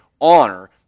honor